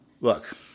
Look